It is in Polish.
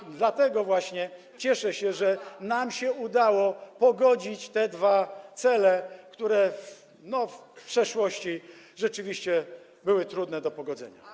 I dlatego właśnie cieszę się, że nam się udało pogodzić te dwa cele, które w przeszłości rzeczywiście były trudne do pogodzenia.